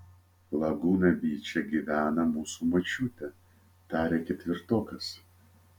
lagūna byče gyvena mūsų močiutė tarė ketvirtokas